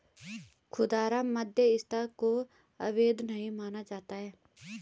खुदरा मध्यस्थता को अवैध नहीं माना जाता है